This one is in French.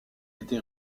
été